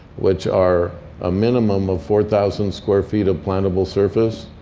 which are a minimum of four thousand square feet of plantable surface,